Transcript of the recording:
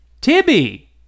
Tibby